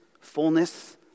fullness